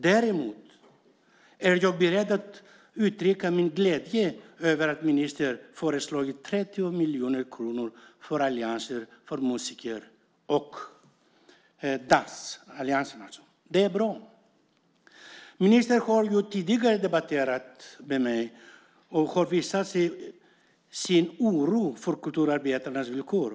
Däremot är jag beredd att uttrycka min glädje över att ministern har föreslagit 30 miljoner för Musikalliansen och Dansalliansen. Det är bra. Ministern har tidigare debatterat med mig och har visat sin oro för kulturarbetarnas villkor.